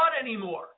anymore